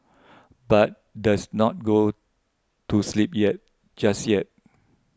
but does not go to sleep yet just yet